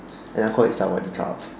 and I'll call it Sawadee-Khrup